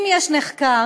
אם יש נחקר,